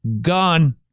gone